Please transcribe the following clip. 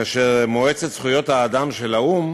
כאשר מועצת זכויות האדם של האו"ם